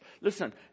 listen